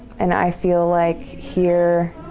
and i feel like here,